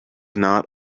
not